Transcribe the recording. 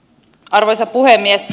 arvoisa puhemies